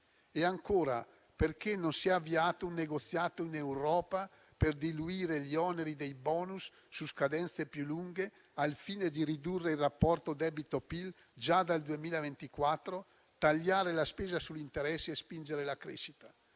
E ancora, perché non si è avviato un negoziato in Europa per diluire gli oneri dei bonus su scadenze più lunghe, al fine di ridurre il rapporto debito-PIL già dal 2024, tagliare la spesa sugli interessi e spingere la crescita?